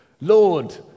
Lord